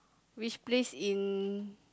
which place in